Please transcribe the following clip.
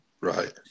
Right